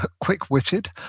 quick-witted